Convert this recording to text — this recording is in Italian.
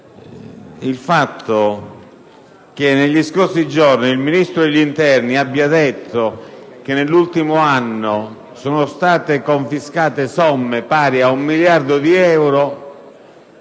il fatto che nei giorni scorsi il Ministro dell'interno abbia detto che nell'ultimo anno sono state confiscate somme pari ad un miliardo di euro